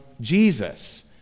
Jesus